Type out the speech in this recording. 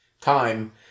time